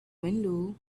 window